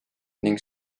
ning